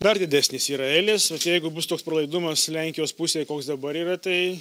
dar didesnės yra eilės vat jeigu bus toks pralaidumas lenkijos pusėj koks dabar yra tai